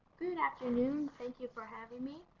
good afternoon. thank you for having me.